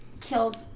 killed